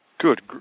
Good